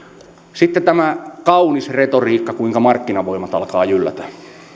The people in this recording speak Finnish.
sitten tämä kaunis retoriikka kuinka markkinavoimat alkavat jyllätä